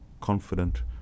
confident